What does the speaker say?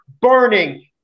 burning